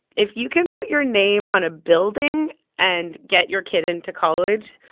if you can put your name on a building and get your kid into college,